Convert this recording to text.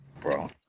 Bro